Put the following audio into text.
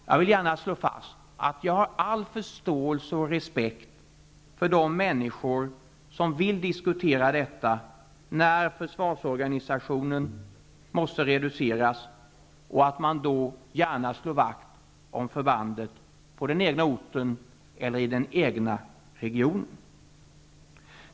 Jag vill gärna slå fast att jag har all förståelse och respekt för de människor som vill diskutera detta när försvarsoganisationen måste reduceras, och att man då gärna slår vakt om förbandet på den egna orten eller i den egna regionen.